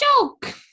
joke